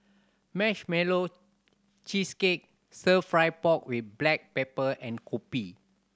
Marshmallow Cheesecake Stir Fry pork with black pepper and kopi